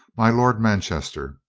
my lord manchester.